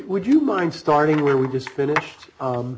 would you mind starting where we just finished